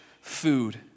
food